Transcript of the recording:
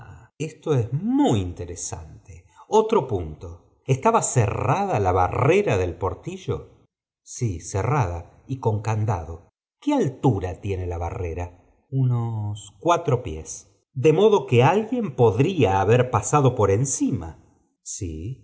esto es muy interesante otro punto estaba cerrada la barrera del portillo i cerrada y con candado i qué altura tiene la barrera b unos cuatro pies p de modo que alguien podría haber pasado por encima gj